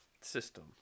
system